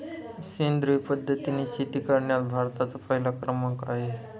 सेंद्रिय पद्धतीने शेती करण्यात भारताचा पहिला क्रमांक आहे